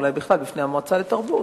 אולי בכלל בפני המועצה לתרבות,